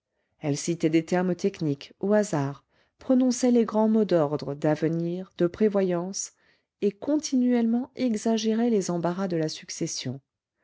elle citait des termes techniques au hasard prononçait les grands mots d'ordre d'avenir de prévoyance et continuellement exagérait les embarras de la succession